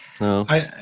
No